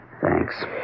Thanks